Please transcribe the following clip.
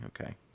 okay